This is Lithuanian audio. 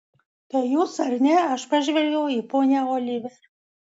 tai jūs ar ne aš pažvelgiau į ponią oliver